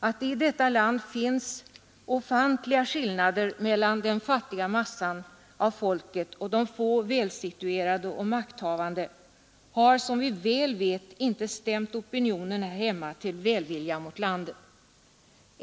Att det i det landet finns ofantliga skillnader mellan den fattiga massan och de få välsituerade och makthavande har som vi väl vet inte stämt opinionen här hemma till välvilja mot landet.